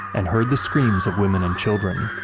and heard the screams of women and children.